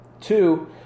Two